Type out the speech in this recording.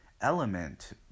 element